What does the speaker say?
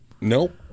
Nope